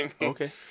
Okay